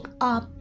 up